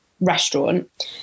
restaurant